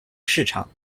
市场